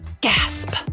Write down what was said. Gasp